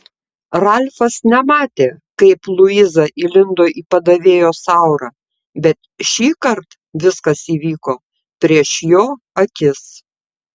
ralfas nematė kaip luiza įlindo į padavėjos aurą bet šįkart viskas įvyko prieš jo akis